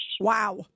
Wow